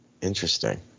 Interesting